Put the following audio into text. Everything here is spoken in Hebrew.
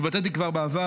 התבטאתי כבר בעבר,